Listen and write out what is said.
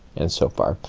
and so far.